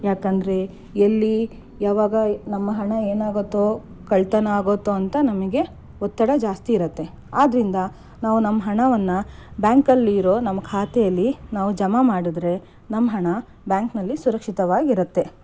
ಯಾಕಂದರೆ ಎಲ್ಲಿ ಯಾವಾಗ ನಮ್ಮ ಹಣ ಏನಾಗುತ್ತೋ ಕಳ್ಳತನ ಆಗುತ್ತೋ ಅಂತ ನಮಗೆ ಒತ್ತಡ ಜಾಸ್ತಿ ಇರುತ್ತೆ ಆದ್ದರಿಂದ ನಾವು ನಮ್ಮ ಹಣವನ್ನು ಬ್ಯಾಂಕಲ್ಲಿ ಇರೋ ನಮ್ಮ ಖಾತೆಯಲ್ಲಿ ನಾವು ಜಮಾ ಮಾಡಿದ್ರೆ ನಮ್ಮ ಹಣ ಬ್ಯಾಂಕ್ನಲ್ಲಿ ಸುರಕ್ಷಿತವಾಗಿರುತ್ತೆ